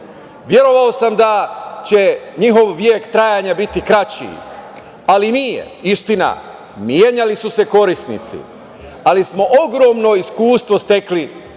Verovao sam da će njih vek trajanja biti kraći, ali nije. Istina, menjali su se korisnici, ali smo ogromno iskustvo stekli kroz